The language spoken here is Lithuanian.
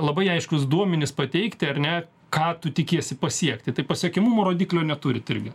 labai aiškius duomenis pateikti ar ne ką tu tikiesi pasiekti tai pasiekiamumo rodiklio neturit irgi